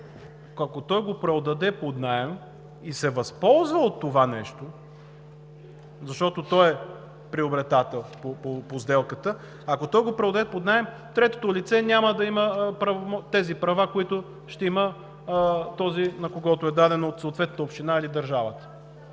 ако той го преотдаде под наем и се възползва от това нещо, защото той е приобретател по сделката, третото лице няма да има тези права, които ще има този, на когото е дадено от съответната община или държавата.